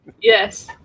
yes